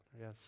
yes